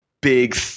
big